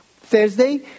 Thursday